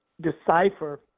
decipher